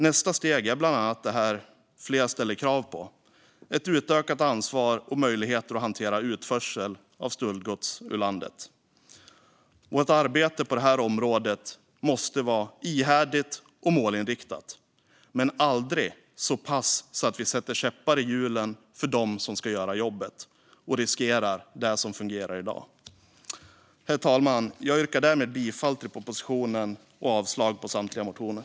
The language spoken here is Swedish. Nästa steg är bland annat det som flera ställer krav på: ett utökat ansvar och möjligheter att hantera utförsel av stöldgods ur landet. Vårt arbete på det här området måste vara ihärdigt och målinriktat, men aldrig så pass att vi sätter käppar i hjulen för dem som ska göra jobbet och riskerar att förstöra det som fungerar i dag. Herr talman! Jag yrkar därmed bifall till propositionen och avslag på samtliga motioner.